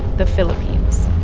the philippines